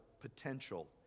potential